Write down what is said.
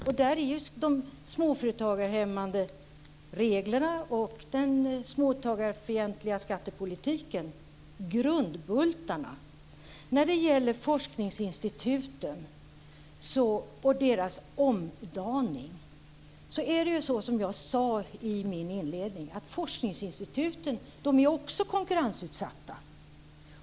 Och där är de småföretagarhämmande reglerna och den småföretagarfientliga skattepolitiken grundbultarna. När det gäller forskningsinstituten och deras omdaning är det som jag sade i min inledning, att forskningsinstituten också är konkurrensutsatta.